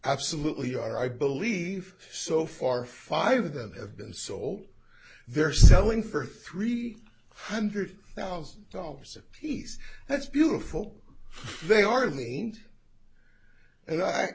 absolutely are i believe so far five of them have been sold they're selling for three hundred thousand dollars apiece that's beautiful they are mean and